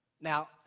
Now